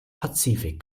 pazifik